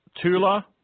Tula